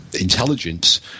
intelligence